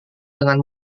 dengan